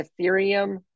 Ethereum